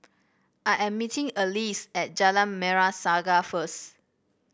I am meeting Alease at Jalan Merah Saga first